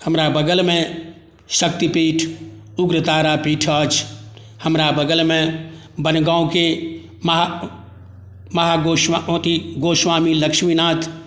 हमरा बगलमे शक्तिपीठ उग्रतारापीठ अछि हमरा बगलमे बनगाँवके महा महागोस्वा अथी गोस्वामी लक्ष्मीनाथ